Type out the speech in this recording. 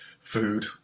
food